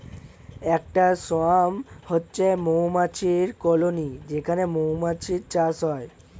একটা সোয়ার্ম হচ্ছে মৌমাছির কলোনি যেখানে মৌমাছির চাষ হয়